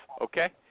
okay